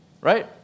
right